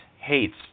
hates